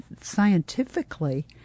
scientifically